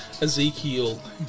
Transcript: Ezekiel